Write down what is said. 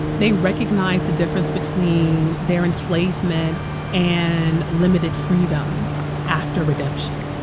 they recognize the difference between their enslavement and limited freedom after redemption.